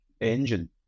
engine